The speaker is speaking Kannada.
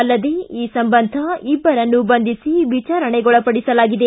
ಅಲ್ಲದೇ ಈ ಸಂಬಂಧ ಇಬ್ಬರನ್ನು ಬಂಧಿಸಿ ವಿಚಾರಣೆಗೊಳಪಡಿಸಲಾಗಿದೆ